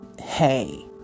hey